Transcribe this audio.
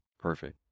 Perfect